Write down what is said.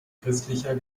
christlicher